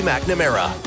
McNamara